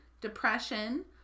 depression